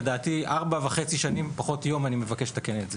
לדעתי 4.5 שנים פחות יום אני מבקש לתקן את זה.